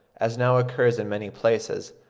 as now occurs in many places,